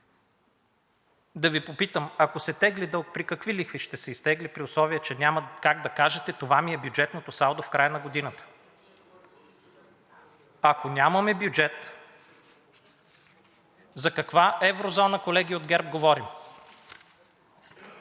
да Ви попитам: ако се тегли дълг, при какви лихви ще се изтегли, при условие че няма как да кажете: това ми е бюджетното салдо в края на годината? Ако нямаме бюджет, за каква еврозона, колеги от ГЕРБ, говорим?